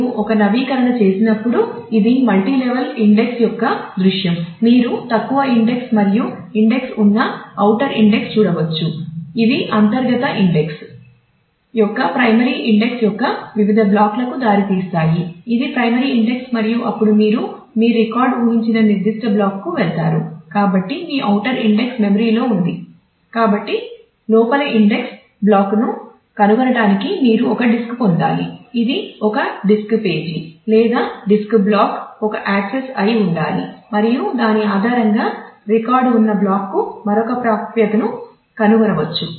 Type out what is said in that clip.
మీరు ఒక నవీకరణ చేసినప్పుడు ఇది మల్టీ లెవల్ ఇండెక్స్ యొక్క దృశ్యం మీరు తక్కువ ఇండెక్స్ మరియు ఇండెక్స్ ఉన్న ఔటర్ ఇండెక్స్నును కనుగొనవచ్చు